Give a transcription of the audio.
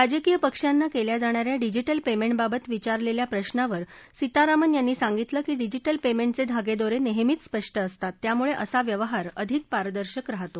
राजकीय पक्षांना केल्या जाणा या डिजिटल पेमेंटबाबत विचारलेल्या प्रश्नावर सीतारामन यांनी सांगितलं की डिजिटल पेमेंटचे धागेदोरे नेहमीच स्पष्ट असतात त्यामुळे असा व्यवहार अधिक पारदर्शक राहतो